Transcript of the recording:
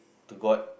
to god